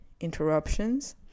interruptions